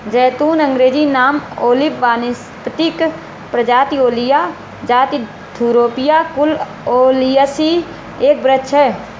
ज़ैतून अँग्रेजी नाम ओलिव वानस्पतिक प्रजाति ओलिया जाति थूरोपिया कुल ओलियेसी एक वृक्ष है